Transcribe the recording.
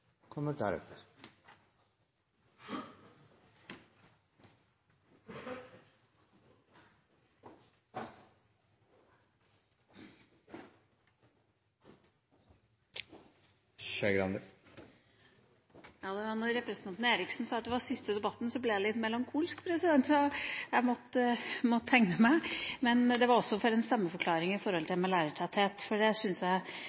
kommer til å støtte § 8-3. Da representanten Eriksen sa at dette var siste debatten, ble jeg litt melankolsk, så jeg måtte tegne meg, men det var også for å gi en stemmeforklaring når det gjelder lærertetthet. Jeg